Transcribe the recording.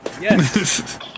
Yes